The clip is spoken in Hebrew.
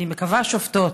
אני מקווה שופטות,